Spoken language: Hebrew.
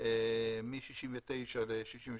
מ-69% ל-66%.